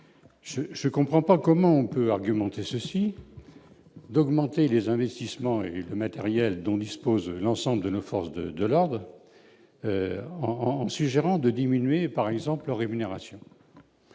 je je comprends pas comment on peut argumenter ceci, d'augmenter les investissements et matériel dont dispose l'ensemble de nos forces de de l'ordre, en sus, gérant de diminuer par exemple rémunération.